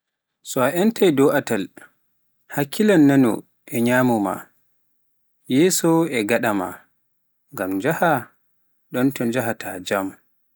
so entai dow ataal, a hakkilan nanno, e nyamo maa, yeeso e gaɗa maa, ngam yahh ɗon to njahhata jam.